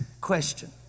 question